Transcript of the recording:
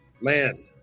Man